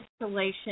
installation